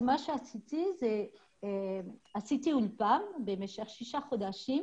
הלכתי לאולפן בארץ במשך שישה חודשים